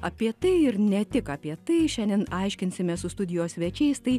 apie tai ir ne tik apie tai šiandien aiškinsimės su studijos svečiais tai